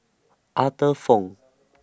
Arthur Fong